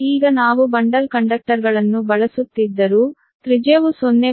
ಈಗ ನಾವು ಬಂಡಲ್ ಕಂಡಕ್ಟರ್ಗಳನ್ನು ಬಳಸುತ್ತಿದ್ದರೂ ತ್ರಿಜ್ಯವು 0